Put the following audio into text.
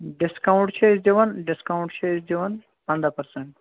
discount چھِ أس دِوان ڈِسکاونٛٹ چھِ أسۍ دِوان پٕنٛدہ پٔرسنٛٹ